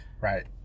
Right